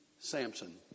Samson